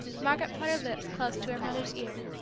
margaret put her lips close to her mother's ear.